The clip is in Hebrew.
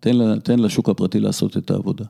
תן לשוק הפרטי לעשות את העבודה.